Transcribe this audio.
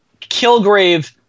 Kilgrave